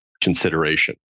consideration